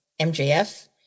mjf